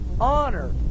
honor